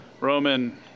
Roman